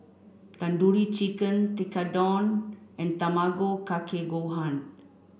Tandoori Chicken Tekkadon and Tamago Kake Gohan